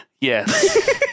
Yes